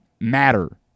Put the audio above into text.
matter